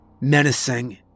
menacing